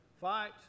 Fight